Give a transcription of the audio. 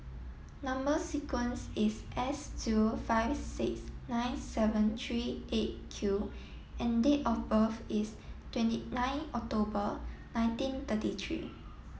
number sequence is S zero five six nine seven three eight Q and date of birth is twenty nine October nineteen thirty three